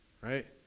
right